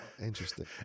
Interesting